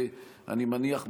אני מניח,